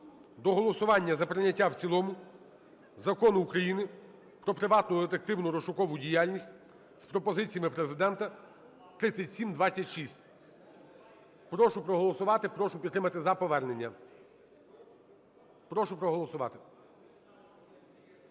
до голосування за прийняття в цілому Закону України "Про приватну (детективну) розшукову діяльність" з пропозиціями Президента (3726). Прошу проголосувати, прошу підтримати за повернення. Прошу проголосувати.